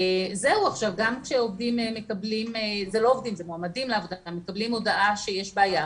גם כשמועמדים לעבודה מקבלים הודעה שיש בעיה,